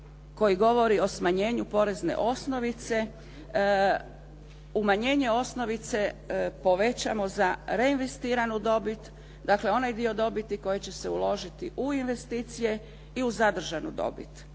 koji govori o smanjenju porezne osnovice, umanjenje osnovice povećamo za reinvestiranu dobit, dakle, onaj dio dobiti koji će se uložiti u investicije i u zadržanu dobit.